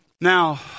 Now